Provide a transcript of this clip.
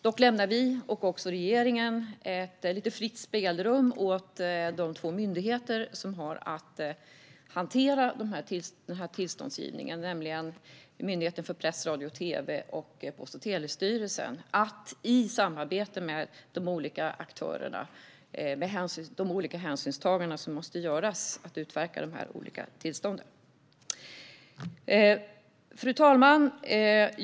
Dock lämnar vi och också regeringen lite fritt spelrum åt de två myndigheter som har att hantera tillståndsgivningen - Myndigheten för press, radio och tv samt Post och telestyrelsen - att i samarbete med de olika aktörerna, med de olika hänsynstaganden som måste göras, utverka de olika tillstånden. Fru talman!